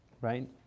right